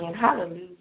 Hallelujah